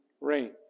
rain